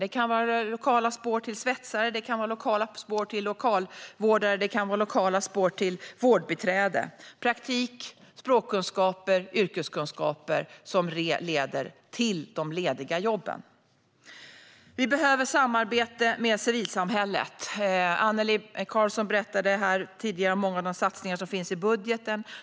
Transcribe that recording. Det kan vara lokala spår till svetsare, lokalvårdare eller vårdbiträde - praktik, språkkunskaper och yrkeskunskaper som leder till de lediga jobben. Vi behöver samarbete med civilsamhället. Annelie Karlsson berättade tidigare här om många av de satsningar som finns i budgeten.